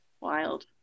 wild